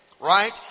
Right